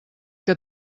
que